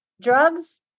drugs